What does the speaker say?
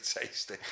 tasty